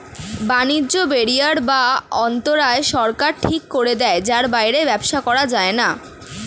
বাণিজ্য ব্যারিয়ার বা অন্তরায় সরকার ঠিক করে দেয় যার বাইরে ব্যবসা করা যায়না